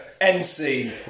NC